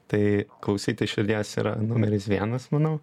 tai klausyti širdies yra numeris vienas manau